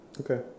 Okay